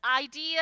idea